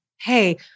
hey